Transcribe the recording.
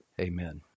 Amen